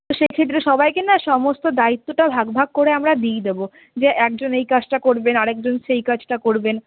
তো সেক্ষেত্রে সবাইকে না সমস্ত দায়িত্বটা ভাগ ভাগ করে আমরা দিয়ে দেব যে একজন এই কাজটা করবেন আরেকজন সেই কাজটা করবেন